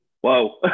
whoa